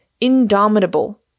indomitable